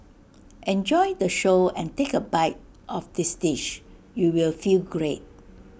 enjoy the show and take A bite of this dish you will feel great